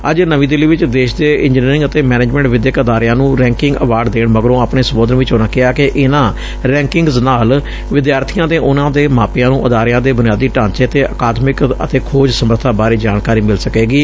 ਅੱਜ ਨਵੀ ਦਿੱਲੀ ਵਿਚ ਦੇਸ਼ ਦੇ ਇੰਜਨੀਅਰਿੰਗ ਅਤੇ ਮੈਨੇਜਮੈਟ ਵਿਦਿਅਕ ਅਦਾਰਿਆਂ ਨੂੰ ਰੈਕਿੰਗ ਅਵਾਰਡ ਦੇਣ ਮਗਰੋਂ ਆਪਣੇ ਸੰਬੋਧਨ ਵਿਚ ਉਨਾਂ ਕਿਹਾ ਕਿ ਇਨੁਾਂ ਰੈਕਿੰਗਜ਼ ਨਾਲ ਵਿਦਿਆਰਬੀਆਂ ਅਤੇ ਉਨਾਂ ਦੇ ਮਾਪਿਆਂ ਨੂੰ ਅਦਾਰਿਆਂ ਦੇ ਬੁਨਿਆਦੀ ਢਾਂਚੇ ਤੇ ਅਕਾਦਮਿਕ ਅਤੇ ਖੋਜ ਸਮਰਬਾ ਬਾਰੇ ਜਾਣਕਾਰੀ ਮਿਲ ਸਕੇਗੀ